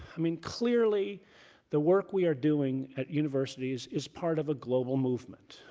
i mean clearly the work we are doing at universities is part of a global movement.